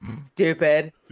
Stupid